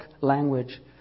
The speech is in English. language